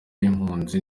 y’impunzi